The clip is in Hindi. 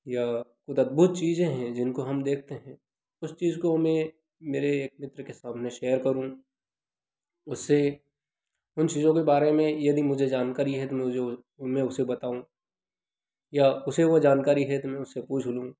या उधर बहुत चीजें हैं जिनको हम देखते हैं उस चीज को हमें मेरे एक मित्र के सामने शेयर करूँ उससे उन चीजों के बारे में यदि मुझे जानकारी है तो मैं उसे बताऊँ या उसे वो जानकारी है तो मैं उससे पूछ लूँ